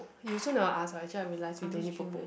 you also never ask [what] actually I realised you don't need